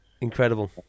Incredible